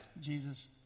Jesus